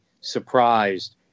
surprised